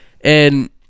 and-